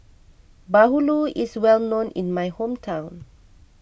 Bahulu is well known in my hometown